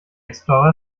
explorer